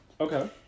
okay